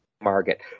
market